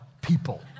people